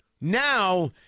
Now